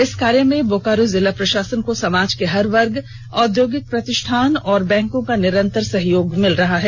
इस कार्य में बोकारो जिला प्रशासन को समाज के हर वर्ग औद्योगिक प्रतिष्ठान और बैंको का निरंतर सहयोग मिल रहा है